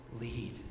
lead